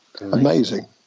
amazing